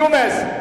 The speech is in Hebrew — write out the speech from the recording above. ג'ומס,